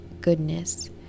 goodness